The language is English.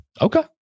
Okay